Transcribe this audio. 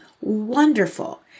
wonderful